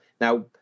Now